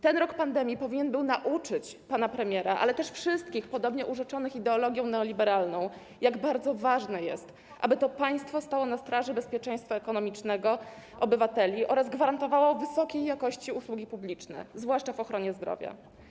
Ten rok pandemii powinien był nauczyć pana premiera, ale też wszystkich podobnie urzeczonych ideologią neoliberalną, jak bardzo ważne jest, aby to państwo stało na straży bezpieczeństwa ekonomicznego obywateli oraz gwarantowało wysokiej jakości usługi publiczne, zwłaszcza w ochronie zdrowia.